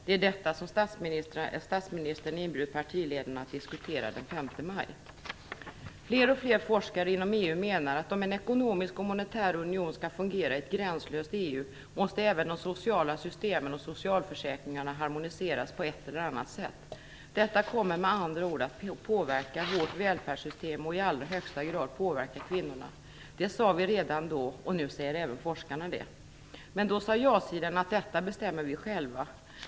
Det är detta som statsministern inbjudit partiledarna att diskutera den 5 Fler och fler forskare inom EU menar att om en ekonomisk och monetär union skall fungera i ett gränslöst EU måste även de sociala systemen och socialförsäkringarna harmoniseras på ett eller annat sätt. Detta kommer med andra ord att påverka vårt välfärdssystem och i allra högsta grad kvinnorna. Det sade vi redan då, och nu säger även forskarna det. Men då sade ja-sidan att vi bestämmer detta själva.